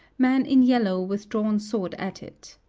man in yellow with drawn sword at it.